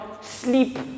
sleep